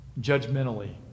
judgmentally